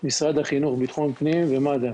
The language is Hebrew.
משרד החינוך, ביטחון פנים ומד"א